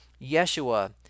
Yeshua